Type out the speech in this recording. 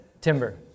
Timber